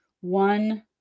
one